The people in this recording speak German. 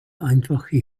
einfache